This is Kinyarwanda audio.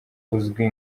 uzwi